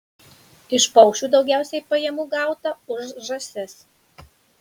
iš paukščių daugiausiai pajamų gauta už žąsis